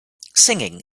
singing